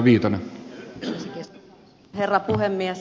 arvoisa herra puhemies